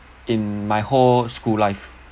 in my whole school life